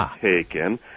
Taken